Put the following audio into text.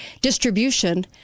distribution